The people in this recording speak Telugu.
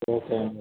ఓకే అండి